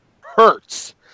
hurts